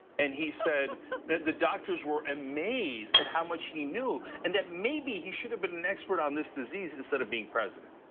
and he said that the doctors were amazed at how much he knew. and that maybe he should have been an expert on this disease instead of being president.